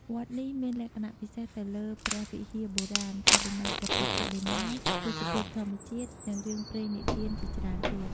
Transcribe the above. វត្តនេះមានលក្ខណះពិសេសទៅលើ ព្រះវិហារបុរាណ បដិមាព្រះពុទ្ធបដិមា ទេសភាពធម្មជាតិ នឹងរឿងព្រេងនិទានជាច្រើនទៀត ។